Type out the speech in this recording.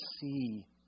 see